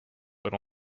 but